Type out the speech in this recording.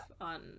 on